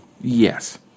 Yes